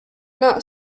not